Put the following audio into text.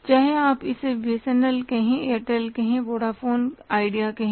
चाहे आप इसे बीएसएनएल कहें एयरटेल कहें वोडाफोनVodafoneकहें आइडिया कहें